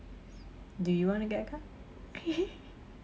do you want to get a car